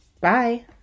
Bye